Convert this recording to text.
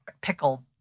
pickled